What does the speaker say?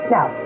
Now